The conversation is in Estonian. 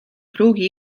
pruugi